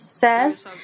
says